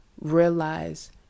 realize